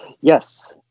Yes